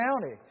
County